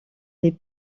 les